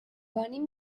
venim